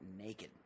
naked